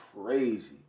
crazy